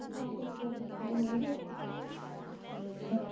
जैसे आप दस हजार का सामान लेंगे आपको दस